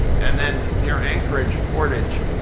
and then near anchorage, portage